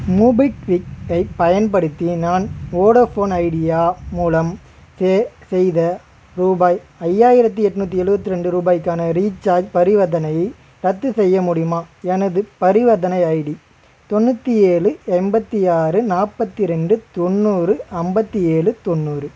மோபிக்விக்கை பயன்படுத்தி நான் Vodafone Idea மூலம் செ செய்த ரூபாய் ஐயாயிரத்தி எண்நூத்தி எழுவத்தி ரெண்டு ரூபாய்க்கான ரீசார்ஜ் பரிவர்த்தனை ரத்து செய்ய முடியுமா எனது பரிவர்த்தனை ஐடி தொண்ணூற்றி ஏழு எண்பத்தி ஆறு நாற்பத்தி ரெண்டு தொண்ணூறு ஐம்பத்தி ஏழு தொண்ணூறு